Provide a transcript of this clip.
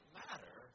matter